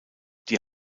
die